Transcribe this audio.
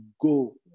go